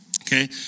Okay